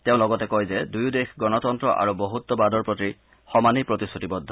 তেওঁ লগতে কয় যে দুয়ো দেশ গণতন্ত্ৰ আৰু বহুত্বাদৰ প্ৰতি সমানেই প্ৰতিশ্ৰুতিবদ্ধ